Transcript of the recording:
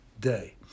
day